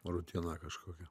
rutiną kažkokią